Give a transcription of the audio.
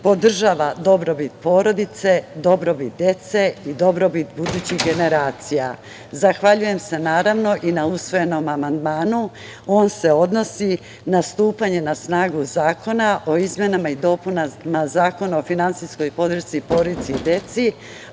podržava dobrobit porodice, dobrobit dece i dobrobit budućih generacija. Zahvaljujem se, naravno, i na usvojenom amandmanu. On se odnosi na stupanje na snagu zakona o izmenama i dopunama Zakona o finansijskoj podršci porodici i deci,